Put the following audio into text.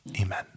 Amen